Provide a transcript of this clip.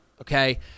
Okay